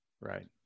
right